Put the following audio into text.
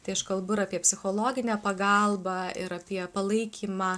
tai aš kalbu ir apie psichologinę pagalbą ir apie palaikymą